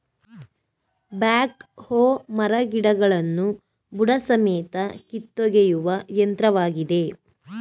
back ಹೋ ಮರಗಿಡಗಳನ್ನು ಬುಡಸಮೇತ ಕಿತ್ತೊಗೆಯುವ ಯಂತ್ರವಾಗಿದೆ